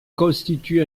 constitue